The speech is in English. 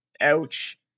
Ouch